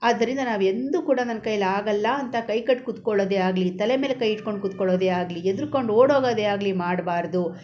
ಆದ್ದರಿಂದ ನಾವು ಎಂದೂ ಕೂಡ ನನ್ನ ಕೈಯ್ಯಲ್ಲಾಗಲ್ಲ ಅಂತ ಕೈ ಕಟ್ಟಿ ಕೂತ್ಕೊಳ್ಳೋದೆ ಆಗಲಿ ತಲೆ ಮೇಲೆ ಕೈ ಇಟ್ಕೊಂಡು ಕೂತ್ಕೊಳ್ಳೋದೆ ಆಗಲಿ ಹೆದ್ರುಕೊಂಡು ಓಡೋಗೋದೆ ಆಗ್ಲಿಗಲಿ ಮಾಡ್ಬಾರ್ದು